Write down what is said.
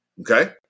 Okay